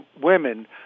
women